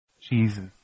Jesus